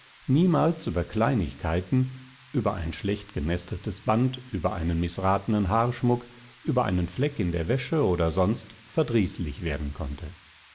niemals über kleinigkeiten über ein schlecht genesteltes band über einen mißratenen haarschmuck über einen fleck in der wäsche oder sonst verdrießlich werden konnte